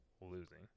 Losing